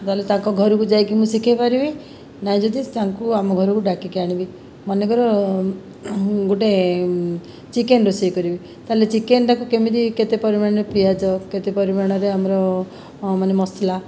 ନହେଲେ ତାଙ୍କ ଘରକୁ ଯାଇକି ମୁଁ ଶିଖାଇପାରିବି ନାହିଁ ଯଦି ତାଙ୍କୁ ଆମ ଘରକୁ ଡାକିକି ଆଣିବି ମନେକର ଗୋଟିଏ ଚିକେନ ରୋଷେଇ କରିବି ତା'ହେଲେ ଚିକେନଟାକୁ କେମିତି କେତେ ପରିମାଣରେ ପିଆଜ କେତେ ପରିମାଣରେ ଆମର ମାନେ ମସଲା